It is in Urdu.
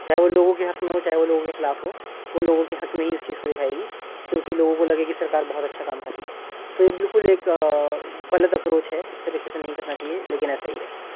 چاہے وہ لوگوں کے حق میں ہو چاہے وہ لوگوں کے خلاف ہو وہ لوگوں کی حق میں ہی اس چیز کو دکھائے گی کیونکہ لوگوں کو لگے کہ سرکار بہت اچھا کام کر رہی ہے تو یہ بالکل ایک غلط اپروچ ہے اس طریقے سے نہیں کرنا چاہیے لیکن ایسا ہی ہے